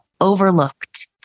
overlooked